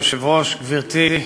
אדוני היושב-ראש, תודה, גברתי,